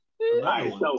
Right